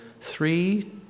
three